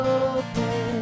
open